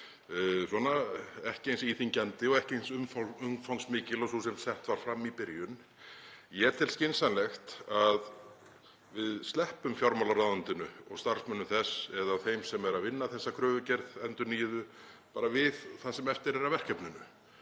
ekki eins íþyngjandi og ekki eins umfangsmikil og sú sem sett var fram í byrjun. Ég tel skynsamlegt að við sleppum fjármálaráðuneytinu og starfsmönnum þess, eða þeim sem eru að vinna þessa endurnýjuðu kröfugerð, við það sem eftir er af verkefninu.